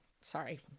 sorry